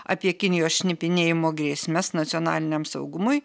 apie kinijos šnipinėjimo grėsmes nacionaliniam saugumui